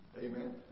Amen